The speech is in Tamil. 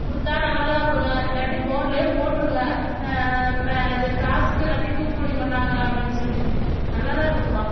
கொடுத்தா நல்லதாக கொடுங்க இல்லாட்டி போடிலே போட்டுருங்க அது ஃப்ளாஸ்க்கு இல்லாட்டி தூக்குபோனி கொண்டாங்க அப்படினு சொல்லி நல்லதாக கொடுப்பா